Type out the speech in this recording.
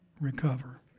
recover